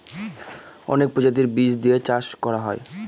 অনেক প্রজাতির বীজ দিয়ে চাষ করা হয়